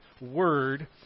word